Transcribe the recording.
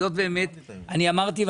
היות באמת אני אמרתי,